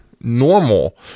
normal